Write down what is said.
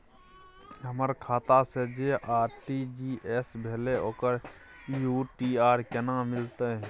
हमर खाता से जे आर.टी.जी एस भेलै ओकर यू.टी.आर केना मिलतै?